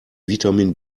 vitamin